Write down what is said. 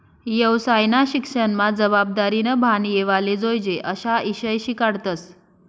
येवसायना शिक्सनमा जबाबदारीनं भान येवाले जोयजे अशा ईषय शिकाडतस